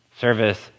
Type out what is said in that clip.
service